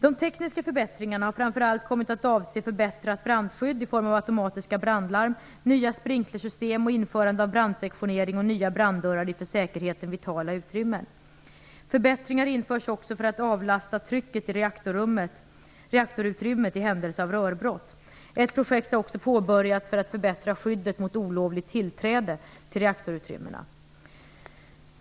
De tekniska förbättringarna har framför allt kommit att avse förbättrat brandskydd i form av automatiska brandlarm, nya sprinklersystem och införande av brandsektionering och nya branddörrar i för säkerheten vitala utrymmen. Förbättringar införs också för att avlasta trycket i reaktorutrymmet i händelse av rörbrott. Ett projekt har också påbörjats för att förbättra skyddet mot olovligt tillträde till reaktorutrymmena.